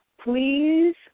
please